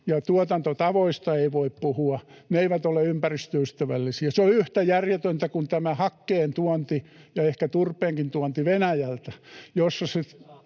ja tuotantotavoista ei voi puhua, ne eivät ole ympäristöystävällisiä. Se on yhtä järjetöntä kuin tämä hakkeen tuonti ja ehkä turpeenkin tuonti Venäjältä, jossa se